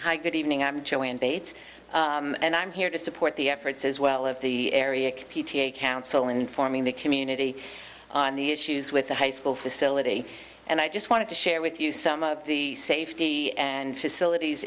hi good evening i'm joanne bates and i'm here to support the efforts as well as the area p t a council informing the community on the issues with the high school facility and i just wanted to share with you some of the safety and facilities